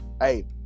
Hey